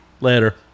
later